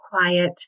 quiet